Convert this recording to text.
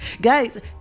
Guys